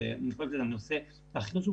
כי זה הנושא הכי חשוב,